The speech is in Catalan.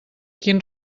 quin